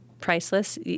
priceless